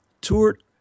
toured